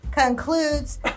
concludes